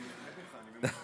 אני מפחד ממך.